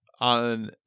on